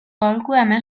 aholkatu